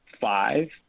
five